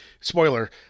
spoiler